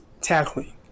tackling